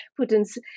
Putin's